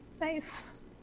Nice